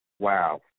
Wow